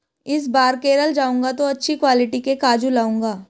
इस बार केरल जाऊंगा तो अच्छी क्वालिटी के काजू लाऊंगा